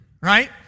right